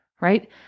right